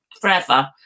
forever